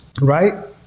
Right